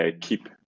keep